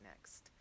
next